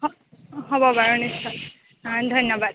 হ'ব বাৰু নিশ্চয় ধন্যবাদ